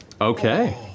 Okay